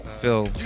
Phil